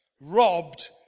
robbed